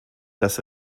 das